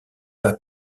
pas